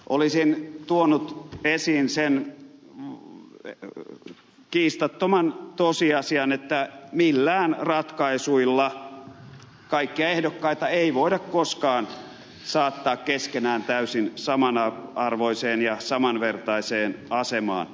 olisin tuonut esiin sen kiistattoman tosiasian että millään ratkaisuilla kaikkia ehdokkaita ei voida koskaan saattaa keskenään täysin samanarvoiseen ja samanvertaiseen asemaan